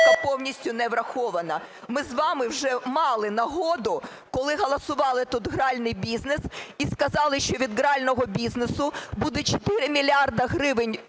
повністю не врахована. Ми з вами вже мали нагоду, коли голосували тут гральний бізнес і сказали, що від грального бізнесу буде 4 мільярди гривень